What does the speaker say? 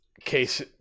case